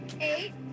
Eight